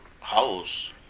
house